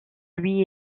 lui